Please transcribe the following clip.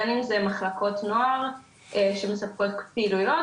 בין אם זה מחלקות נוער שמספקות פעילויות